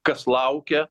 kas laukia